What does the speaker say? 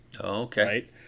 Okay